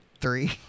three